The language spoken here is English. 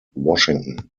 washington